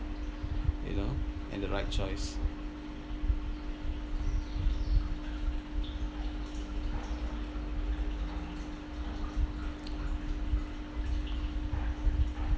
you know and the right choice